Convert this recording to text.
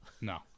No